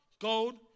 gold